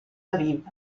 aviv